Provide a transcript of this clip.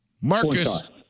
Marcus